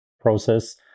process